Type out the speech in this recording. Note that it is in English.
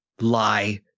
lie